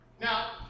Now